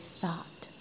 thought